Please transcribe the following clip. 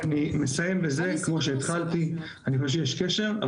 אני מסיים בזה כמו שהתחלתי, אני חושב שיש קשר.